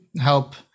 help